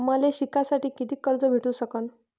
मले शिकासाठी कितीक कर्ज भेटू सकन?